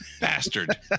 bastard